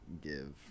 give